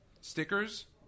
stickers